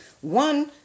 one